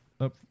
up